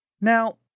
Now